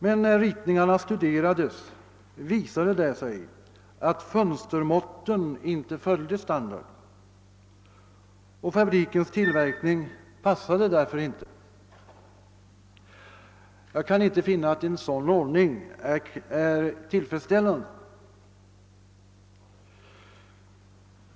Men när ritningarna studerades, visade det sig att fönstermåtten inte följde standard, och fabrikens tillverkning passade därför inte. Jag kan inte finna att en sådan ordning är tillfredsställande.